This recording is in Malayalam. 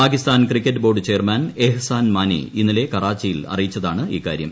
Pakistan cricket board chairman Ehsan Mani ഇന്നലെ കറാച്ചിയിൽ അറിയിച്ചതാണ് ഇക്കാര്യം